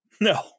No